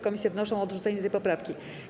Komisje wnoszą o odrzucenie tej poprawki.